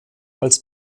als